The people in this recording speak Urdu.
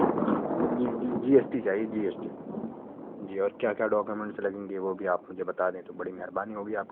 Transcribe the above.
جی جی جی جی ایس ٹی چاہیے جی ایس ٹی جی اور کیا کیا ڈاکومنٹس لگیں گے وہ بھی آپ مجھے بتا دیں تو بڑی مہربانی ہوگی آپ کی